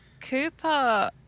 Cooper